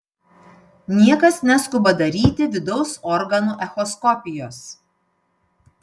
niekas neskuba daryti vidaus organų echoskopijos